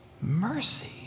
mercy